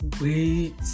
wait